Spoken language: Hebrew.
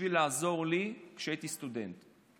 בשביל לעזור לי כשהייתי סטודנט.